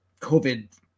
COVID